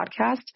podcast